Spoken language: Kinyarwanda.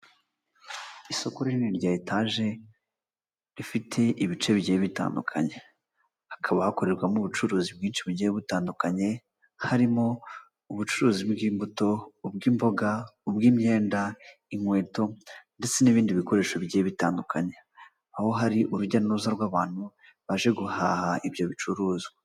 Isoko rinini rya etaje rifite ibice bigiye bitandukanye, hakaba hakorerwamo ubucuruzi bwinshi bugiye butandukanye, harimo ubucuruzi bw'imbuto ubw'imboga ubw'imyenda, inkweto ndetse n'ibindi bikoresho bigiye bitandukanye, aho hari urujya n'uruza rw'abantu baje guhaha ibyo bicuruzwa.